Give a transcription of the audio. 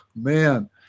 man